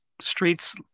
streets